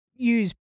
use